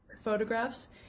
photographs